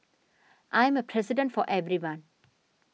I am a president for everyone